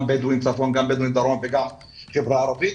גם בדואית צפון וגם בדואית דרום וגם החברה הערבית,